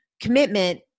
Commitment